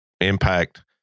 impact